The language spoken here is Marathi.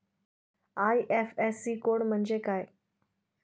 आय.एफ.एस.सी कोड म्हणजे काय?